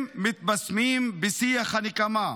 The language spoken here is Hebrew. הם מתבסמים בשיח הנקמה,